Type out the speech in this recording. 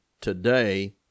today